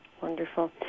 Wonderful